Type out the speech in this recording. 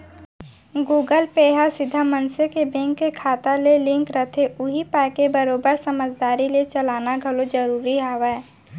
Google Pay ह सीधा मनसे के बेंक के खाता ले लिंक रथे उही पाय के बरोबर समझदारी ले चलाना घलौ जरूरी हावय